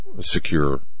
secure